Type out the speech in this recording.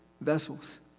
vessels